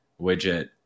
widget